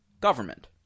government